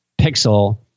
pixel